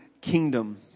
kingdom